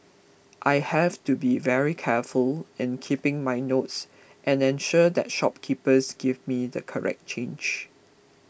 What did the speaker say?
I have to be very careful in keeping my notes and ensure that shopkeepers give me the correct change